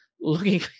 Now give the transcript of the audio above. looking